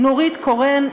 נורית קורן,